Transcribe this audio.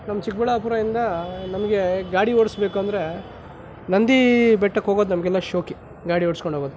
ನಮ್ಮ ಚಿಕ್ಕಬಳ್ಳಾಪುರಾಯಿಂದ ನಮಗೆ ಗಾಡಿ ಓಡಿಸಬೇಕು ಅಂದರೆ ನಂದಿ ಬೆಟ್ಟಕ್ಕೆ ಹೋಗೋದು ನಮಗೆಲ್ಲ ಶೋಕಿ ಗಾಡಿ ಓಡಿಸ್ಕೊಂಡು ಹೋಗೋದು